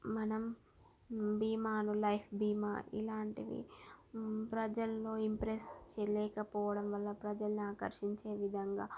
మనం భీమా అను లైఫ్ భీమా ఇలాంటివి ప్రజల్లో ఇంప్రెస్స్ చేయలేకపోవడం వల్ల ప్రజలను ఆకర్షించే విధంగా